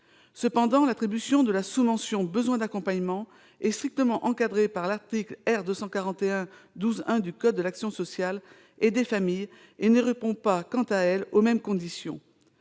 revanche, l'attribution de la sous-mention « besoin d'accompagnement », qui est strictement encadrée par l'article R. 241-12-1 du code de l'action sociale et des familles, ne répond pas aux mêmes critères.